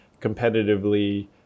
competitively